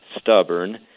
stubborn